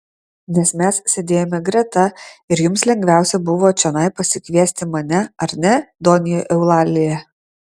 nes mes sėdėjome greta ir jums lengviausia buvo čionai pasikviesti mane ar ne donja eulalija